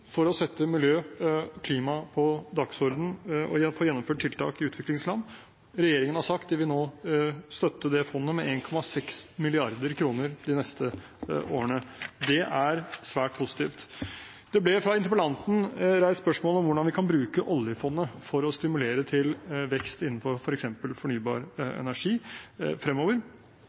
for å sette miljø og klima på dagsordenen og få gjennomført tiltak i utviklingsland. Regjeringen har sagt at den nå vil støtte det fondet med 1,6 mrd. kr de neste årene. Det er svært positivt. Det ble fra interpellanten reist spørsmål om hvordan vi kan bruke oljefondet for å stimulere til vekst innenfor f.eks. fornybar